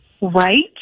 Right